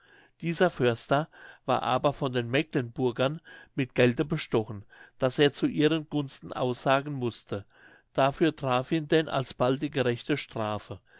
dieser förster war aber von den mecklenburgern mit gelde bestochen daß er zu ihren gunsten aussagen mußte dafür traf ihn denn alsbald die gerechte strafe